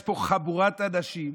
יש פה חבורת אנשים,